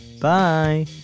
Bye